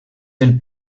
del